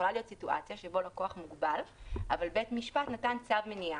יכולה להיות סיטואציה שבה לקוח מוגבל אבל בית משפט נתן צו מניעה.